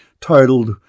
titled